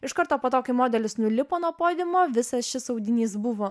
iš karto po to kai modelis nulipo nuo podiumo visas šis audinys buvo